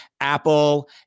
Apple